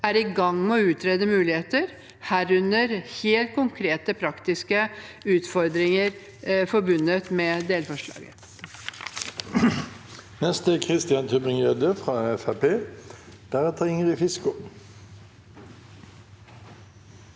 er i gang med å utrede muligheter, herunder helt konkrete, praktiske utfordringer forbundet med delforslagene.